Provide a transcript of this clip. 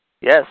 Yes